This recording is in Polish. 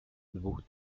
dwóch